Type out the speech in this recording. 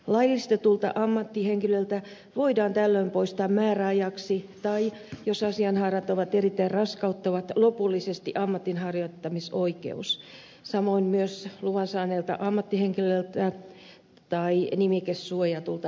laillistetulta ammattihenkilöltä voidaan tällöin poistaa määräajaksi tai jos asianhaarat ovat erittäin raskauttavat lopullisesti ammatinharjoittamisoikeus samoin myös luvan saaneelta ammattihenkilöltä tai nimikesuojatulta ammattihenkilöltä